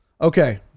Okay